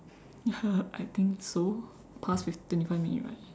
ya sia I think so past fifteen twenty five minutes right